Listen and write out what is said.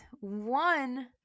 one